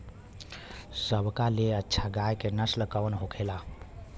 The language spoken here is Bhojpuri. सबका ले अच्छा गाय के नस्ल कवन होखेला?